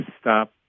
stop